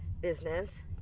business